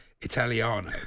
Italiano